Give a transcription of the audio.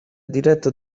diretto